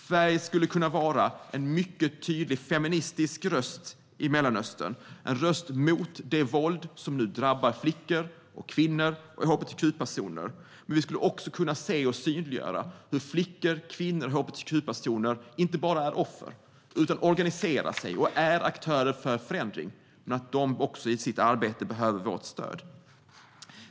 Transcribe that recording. Sverige skulle kunna vara en mycket tydlig feministisk röst i Mellanöstern, en röst mot det våld som nu drabbar flickor, kvinnor och hbtq-personer. Men vi skulle också kunna se och synliggöra hur flickor, kvinnor och hbtq-personer inte bara är offer utan även organiserar sig och är aktörer för förändring men att de också i sitt arbete behöver vårt stöd.